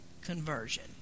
conversion